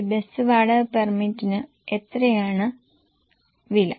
ഒരു ബസ് വാടക പെർമിറ്റിന് എത്രയാണ് വില